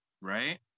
right